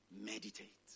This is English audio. Meditate